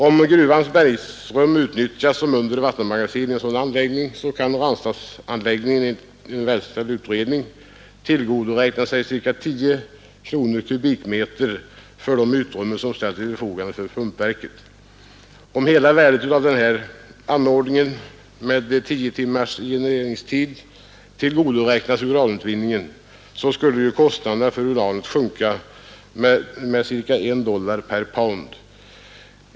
Om gruvans bergrum utnyttjas såsom undre vattenmagasin i en sådan anläggning kan Ranstadsanläggningen, enligt verkställd utredning, tillgodoräkna sig cirka 10 kronor per kubikmeter för de utrymmen som ställs till förfogande för pumpkraftverket. Om hela värdet av denna anordning med tio timmars genereringstid tillgodoräknas uranutvinningen skulle kostnaden för uranet sjunka med cirka en dollar per pound.